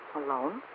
alone